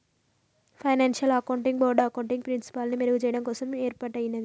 financial accounting board accounting ప్రిన్సిపల్స్ని మెరుగుచెయ్యడం కోసం యేర్పాటయ్యినాది